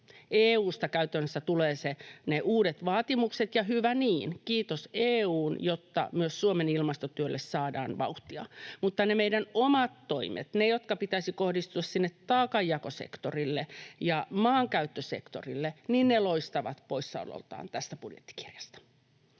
EU:sta käytännössä tulevat ne uudet vaatimukset — ja hyvä niin, kiitos EU:n, jotta myös Suomen ilmastotyölle saadaan vauhtia — mutta ne meidän omat toimet, ne, joiden pitäisi kohdistua sinne taakanjakosektorille ja maankäyttösektorille, loistavat poissaolollaan tässä budjettikirjassa.